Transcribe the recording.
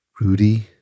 Rudy